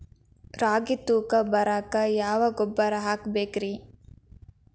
ರಾಗಿ ತೂಕ ಬರಕ್ಕ ಯಾವ ಗೊಬ್ಬರ ಹಾಕಬೇಕ್ರಿ?